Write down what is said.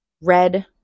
red